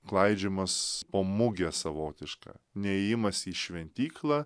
klaidžiojimas po mugę savotišką neėjimas į šventyklą